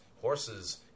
horses